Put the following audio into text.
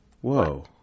whoa